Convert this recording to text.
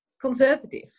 conservative